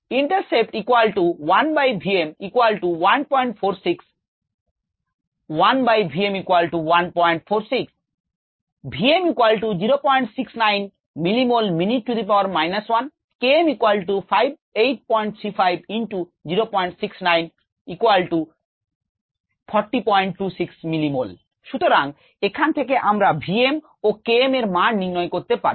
Slope Intercept সুতরাং এখান থেকে আমরা v m এবং k m এর মান নির্ণয় করতে পারি